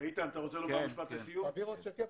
לישון בשקט,